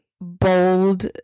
bold